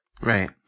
Right